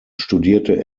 studierte